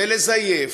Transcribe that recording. לזייף,